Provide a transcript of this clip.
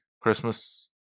christmas